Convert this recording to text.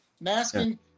Masking